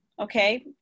Okay